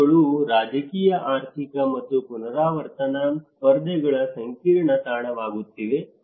ನಗರಗಳು ರಾಜಕೀಯ ಆರ್ಥಿಕ ಮತ್ತು ಪುನರ್ವಿತರಣಾ ಸ್ಪರ್ಧೆಗಳ ಸಂಕೀರ್ಣ ತಾಣವಾಗುತ್ತಿವೆ